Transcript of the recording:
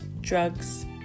drugs